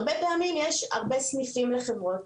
הרבה פעמים יש הרבה סניפים לחברות,